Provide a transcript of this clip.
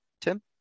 tim